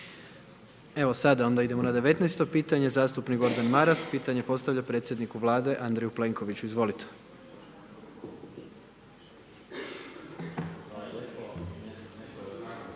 Evo sada onda idemo 19. pitanje, zastupnik Gordana Maras pitanje postavlja predsjedniku Vlade, Andreju Plenkoviću. Izvolite. **Maras, Gordan